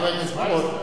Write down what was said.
חבר הכנסת,